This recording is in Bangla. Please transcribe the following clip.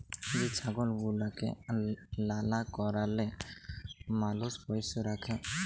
যে ছাগল গুলাকে লালা কারলে মালুষ পষ্য রাখে